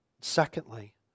Secondly